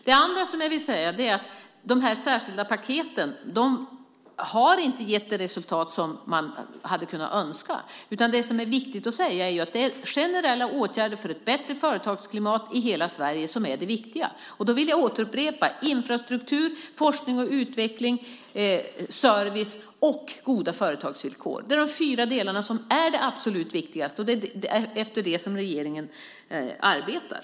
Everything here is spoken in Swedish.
Jag vill också säga att de särskilda paketen inte har gett de resultat som man hade kunnat önska. Viktigt att säga är att det är generella åtgärder för ett bättre företagsklimat i hela Sverige som är det viktiga. Jag vill återupprepa att infrastruktur, forskning och utveckling, service och goda företagsvillkor är de fyra delarna som är absolut viktigast, och det är efter detta som regeringen arbetar.